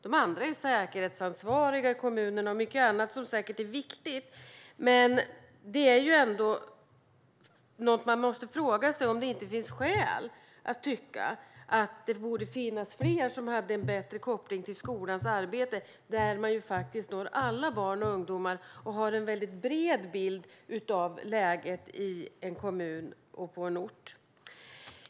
De andra är säkerhetsansvariga i kommunen och mycket annat som säkert är viktigt, men man måste ändå fråga sig om det inte borde finnas fler med en bättre koppling till skolans arbete. Där når man ju alla barn och ungdomar och har en bred bild av läget i en kommun och på en ort.